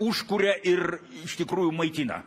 užkuria ir iš tikrųjų maitina